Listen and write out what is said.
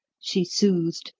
she soothed,